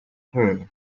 her